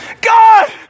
God